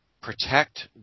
protect